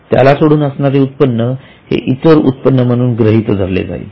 त्याला सोडून असणारे उत्पन्न हे इतर उत्पन्न म्हणून गृहीत धरले जाईल